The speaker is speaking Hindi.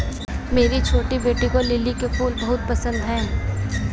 मेरी छोटी बेटी को लिली के फूल बहुत पसंद है